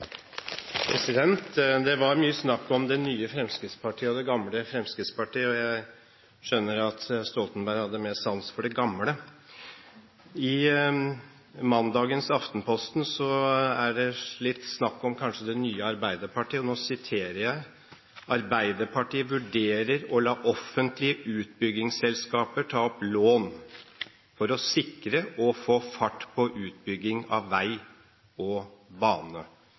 Det var mye snakk om det nye Fremskrittspartiet og det gamle Fremskrittspartiet. Jeg skjønner at Stoltenberg hadde mer sans for det gamle. I mandagens Aftenposten er det litt snakk om kanskje det nye Arbeiderpartiet. Jeg siterer: «Arbeiderpartiet vurderer å la offentlige utbyggingsselskaper ta opp lån for å sikre og få fart på utbygging av vei og bane.»